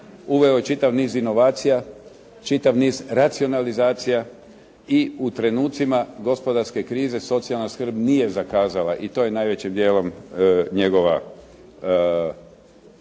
uveo je čitav niz inovacija, čitav niz racionalizacija i u trenucima gospodarske krize socijalna skrb nije zakazala i to je najvećim dijelom posljedica